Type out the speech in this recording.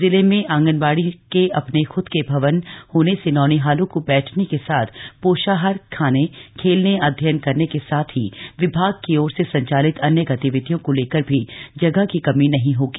जिले में आंगनबाड़ी के अपने खुद के भवन होने से नौनिहालों को बैठने के साथ पोषाहार खाने खेलने अध्ययन करने के साथ ही विभाग की ओर से संचालित अन्य गतिविधियों को लेकर भी जगह की कमी नहीं होगी